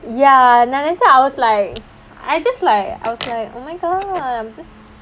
ya நினைச்சேன்:ninaichaen I was like I just like I was like oh my god I'm just